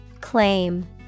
Claim